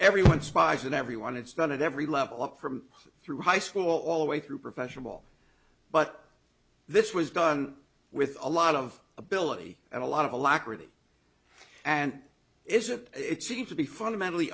everyone spies on everyone it's done at every level up from through high school all the way through professional but this was done with a lot of ability and a lot of alacrity and isn't it seems to be fundamentally